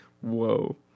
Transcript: Whoa